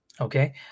Okay